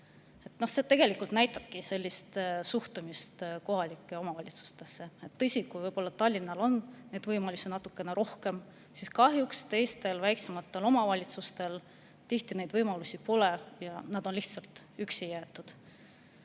See tegelikult näitabki suhtumist kohalikesse omavalitsustesse. Tõsi, Tallinnal on võib-olla võimalusi natukene rohkem, aga kahjuks teistel, väiksematel omavalitsustel tihti neid võimalusi pole ja nad on lihtsalt üksi jäetud.